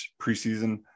preseason